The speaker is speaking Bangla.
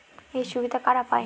এই সুবিধা কারা পায়?